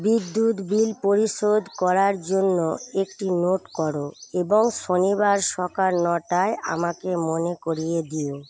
বিদ্যুৎ বিল পরিশোধ করার জন্য একটি নোট করো এবং শনিবার সকাল নটায় আমাকে মনে করিয়ে দিও